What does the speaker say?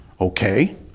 Okay